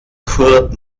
kurt